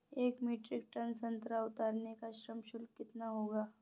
एक metric ton संतरा उतारने का श्रम शुल्क कितना होगा?